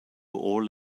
all